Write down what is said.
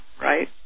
Right